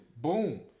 Boom